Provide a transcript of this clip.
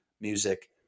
music